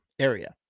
area